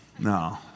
No